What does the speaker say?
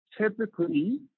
typically